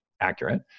accurate